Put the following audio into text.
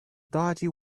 dodgy